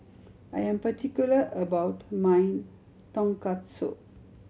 I am particular about my Tonkatsu